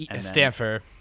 Stanford